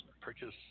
purchase